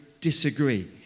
disagree